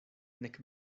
nek